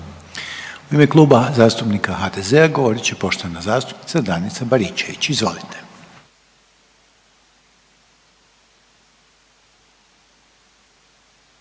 U ime Kluba zastupnika HDZ-a završno će govoriti poštovana zastupnica Danica Baričević, izvolite.